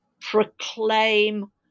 proclaim